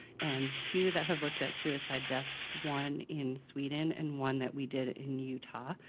and two, that have looked at suicide deaths, one in sweden and one that we did in utah.